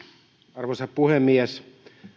arvoisa puhemies